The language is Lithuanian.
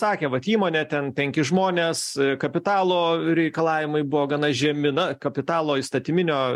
sakė vat įmonė ten penki žmonės kapitalo reikalavimai buvo gana žemi na kapitalo įstatyminio